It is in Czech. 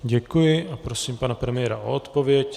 Děkuji a prosím pana premiéra o odpověď.